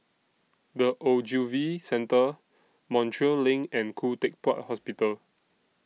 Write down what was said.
The Ogilvy Centre Montreal LINK and Khoo Teck Puat Hospital